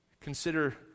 consider